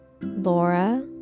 Laura